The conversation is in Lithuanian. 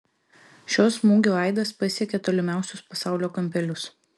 šio smūgio aidas pasiekė tolimiausius pasaulio kampelius